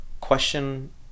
question